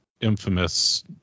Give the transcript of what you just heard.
infamous